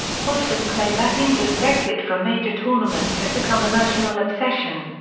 hodgson claimed that england's exit from major tournaments had become a national obsession.